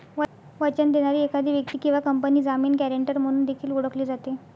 वचन देणारी एखादी व्यक्ती किंवा कंपनी जामीन, गॅरेंटर म्हणून देखील ओळखली जाते